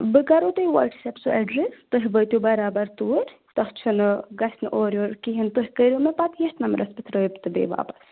بہٕ کَرہو تۄہہِ واٹٕس اَیپ سُہ ایٚڈرَس تُہۍ وٲتِو برابر توٗرۍ تَتھ چھُنہٕ گژھِ نہٕ اورٕ یورٕ کِہیٖنٛۍ تُہۍ کٔرِو نا پَتہٕ یَتھ نمبرَس پٮ۪ٹھ رٲبطہٕ بیٚیہِ واپَس